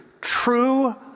True